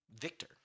Victor